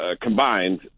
combined